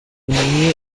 umwe